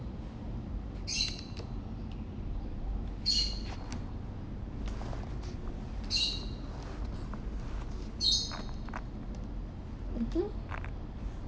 mmhmm